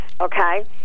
okay